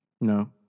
No